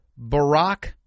Barack